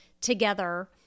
together